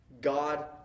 God